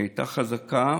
היא הייתה חזקה.